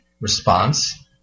response